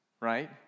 right